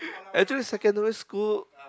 actually secondary school